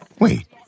Wait